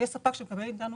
ויש ספק שמקבל מאתנו